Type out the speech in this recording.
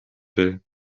will